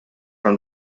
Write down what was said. from